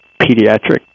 pediatric